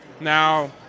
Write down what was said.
Now